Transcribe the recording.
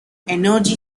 energy